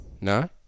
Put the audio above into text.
No